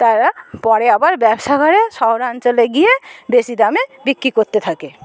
তারা পরে আবার ব্যবসা করে শহরাঞ্চলে গিয়ে বেশি দামে বিক্রি করতে থাকে